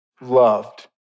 loved